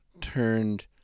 turned